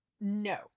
no